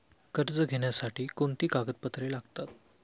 कर्ज घेण्यासाठी कोणती कागदपत्रे लागतात?